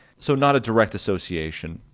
so not a direct association.